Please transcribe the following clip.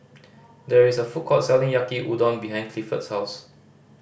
there is a food court selling Yaki Udon behind Clifford's house